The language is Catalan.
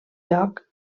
lloc